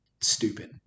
stupid